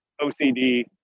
OCD